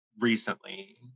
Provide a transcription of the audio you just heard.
recently